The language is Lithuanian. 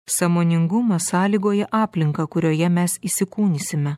sąmoningumas sąlygoja aplinką kurioje mes įsikūnysime